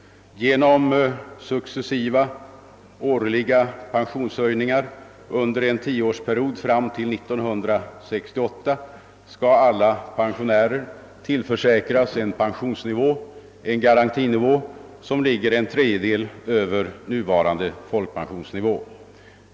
Genom successiva årliga pensionshöjningar under en tioårsperiod fram till 1978 skall alla pensionärer tillförsäkras en pensionsnivå, en garantinivå, som ligger en tredjedel över nuvarande folkpensionsnivå.